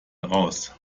raus